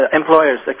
employers